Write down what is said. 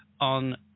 on